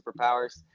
superpowers